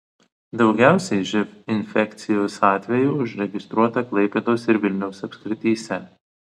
daugiausiai živ infekcijos atvejų užregistruota klaipėdos ir vilniaus apskrityse